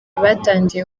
batangiye